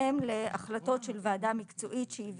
בהתאם להחלטות של ועדה מקצועית שהיא